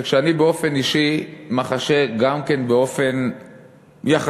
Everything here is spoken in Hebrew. וכשאני באופן אישי מחשה גם כן באופן יחסי,